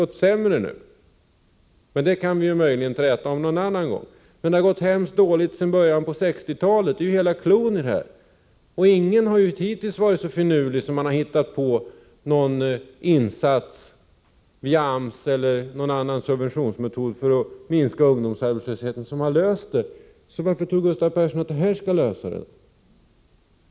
gått sämre nu, men det kan vi ju möjligen träta om någon annan gång. Det har gått hemskt dåligt ända sedan början på 1960-talet — det är ju hela cloun i den här frågan. Ingen har ju hittills varit så finurlig att han har kunnat hitta på någon insats via AMS eller genom någon annan subventionsmetod för att minska ungdomsarbetslösheten som verkligen har löst problemen. Varför tror då Gustav Persson att ungdomslagen skall lösa problemen?